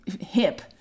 hip